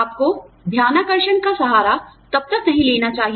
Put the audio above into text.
आपको ध्यानाकर्षण का सहारा नहीं लेना चाहिए